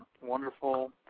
wonderful